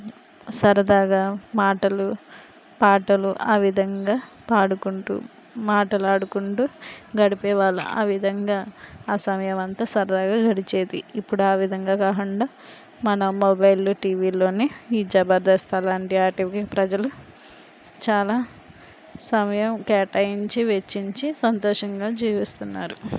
సరదాగా మాటలు పాటలు ఆ విధంగా పాడుకుంటూ మాటలాడుకుంటూ గడిపే వాళ్ళు ఆ విధంగా ఆ సమయం అంతా సరదాగా గడిచేది ఇప్పుడు ఆ విధంగా కాకుండా మన మొబైల్ టీవీలోనే ఈ జబర్దస్త్ అలాంటి వాటివి ప్రజలు చాలా సమయం కేటాయించి వెచ్చించి సంతోషంగా జీవిస్తున్నారు